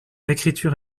écriture